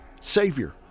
Savior